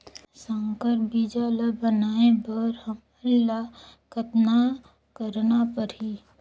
संकर बीजा ल बनाय बर हमन ल कतना करना परही?